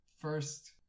first